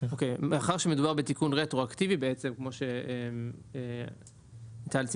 מאחר שמדובר בתיקון רטרואקטיבי, כמו שטל ציינה,